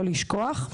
לא לשכוח.